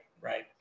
Right